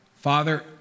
Father